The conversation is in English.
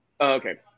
Okay